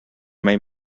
main